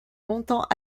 longtemps